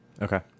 Okay